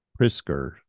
Prisker